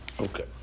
Okay